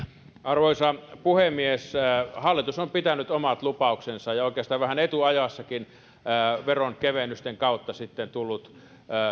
arvoisa puhemies hallitus on pitänyt omat lupauksensa ja oikeastaan vähän etuajassakin veronkevennysten kautta sitten tullut